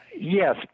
Yes